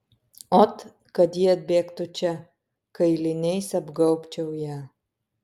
ot kad ji atbėgtų čia kailiniais apgaubčiau ją